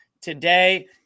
today